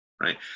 right